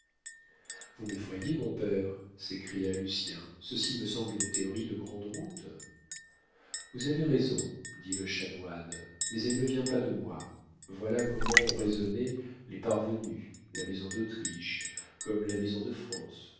vous m'effrayez mon père s'écria lucien ceci me semble une théorie de grande route vous avez raison dit le chanoine mais elle ne vient pas de moi voilà comment ont raisonné les parvenus la maison d'autriche comme la maison de france